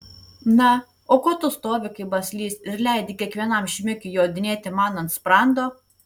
na o ko tu stovi kaip baslys ir leidi kiekvienam šmikiui jodinėti man ant sprando